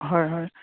হয় হয়